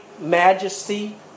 majesty